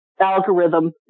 algorithm